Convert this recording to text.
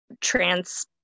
trans